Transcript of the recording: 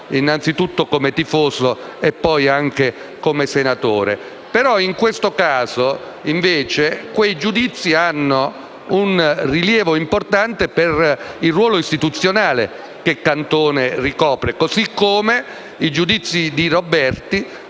innanzitutto come tifoso e poi anche come senatore. In questo caso, invece, i suoi giudizi hanno un rilievo importante per il ruolo istituzionale che Cantone ricopre, così come i giudizi di Roberti